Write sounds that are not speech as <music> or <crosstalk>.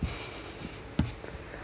<laughs>